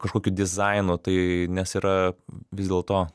kažkokiu dizainu tai nes yra vis dėlto